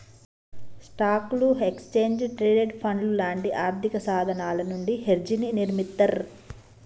స్టాక్లు, exchange traded ఫండ్లు లాంటి ఆర్థికసాధనాల నుండి హెడ్జ్ని నిర్మిత్తర్